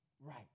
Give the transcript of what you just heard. right